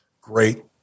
great